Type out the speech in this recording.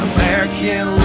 American